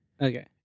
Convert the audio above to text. Okay